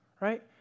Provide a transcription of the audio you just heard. Right